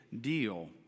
deal